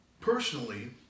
personally